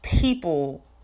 people